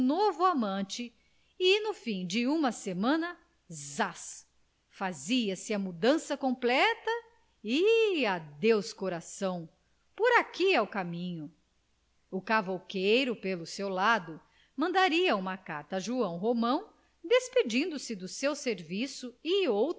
o novo amante e no fim de uma semana zás fazia-se a mudança completa e adeus coração por aqui é o caminho o cavouqueiro pelo seu lado mandaria uma carta a joão romão despedindo-se do seu serviço